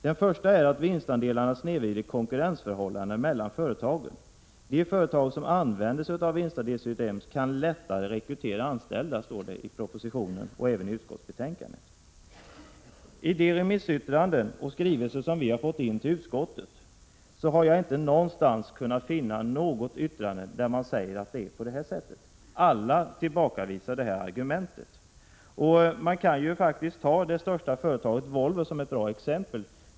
Den första är att vinstandelar snedvrider konkurrensförhållandena mellan företagen. De företag som använder vinstandelssystem kan lättare rekrytera anställda, står det i propositionen och även i utskottsbetänkandet. I de remissyttranden och skrivelser som vi har fått in till utskottet har jag inte någonstans kunnat finna något yttrande där man säger att detta stämmer. Alla tillbakavisar det argumentet. Man kan faktiskt ta det största företaget, Volvo, som ett bra exempel.